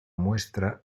muestra